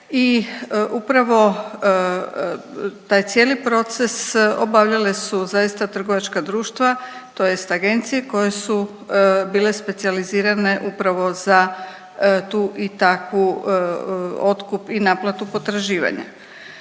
I upravo taj cijeli proces obavljale su zaista trgovačka društva, tj. agencije koje su bile specijalizirane upravo za tu i takvu otkup i naplatu potraživanja.